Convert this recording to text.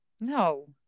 no